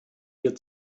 wir